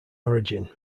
origin